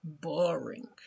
boring